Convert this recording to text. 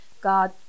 God